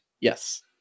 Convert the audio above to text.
Yes